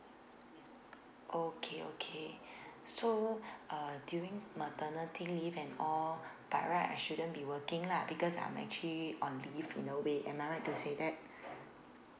okay okay so uh during maternity leave and all by right I shouldn't be working lah because I'm actually on leave in a way am I right to say that